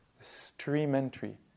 stream-entry